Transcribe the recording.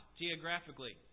geographically